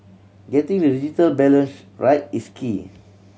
getting the digital balance right is key